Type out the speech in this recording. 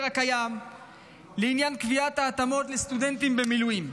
הקיים לעניין קביעת התאמות לסטודנטים במילואים,